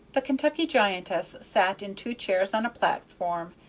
the kentucky giantess sat in two chairs on a platform,